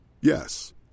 Yes